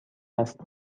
است